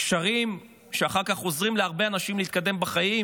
קשרים שאחר כך עוזרים להרבה אנשים להתקדם בחיים,